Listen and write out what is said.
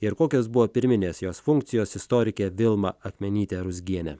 ir kokios buvo pirminės jos funkcijos istorikė vilma akmenytė ruzgienė